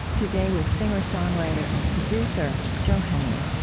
today, with singer-songwriter and producer joe henry